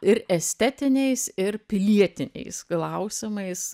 ir estetiniais ir pilietiniais klausimais